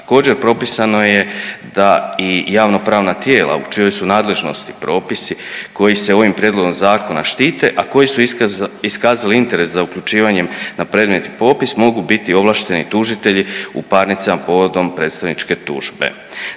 Također, propisano je da javnopravna tijela u čijoj su nadležnosti propisi koji se ovim prijedlogom zakona štite, a koji su iskazali interes za uključivanjem na predmetni popis mogu biti ovlašteni tužitelji u parnicama povodom predstavničke tužbe.